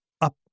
up